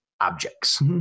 objects